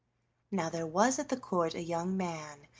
now there was at the court a young man,